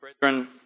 Brethren